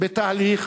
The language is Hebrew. בתהליך